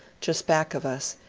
just back of us,